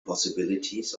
possibilities